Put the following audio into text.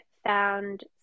found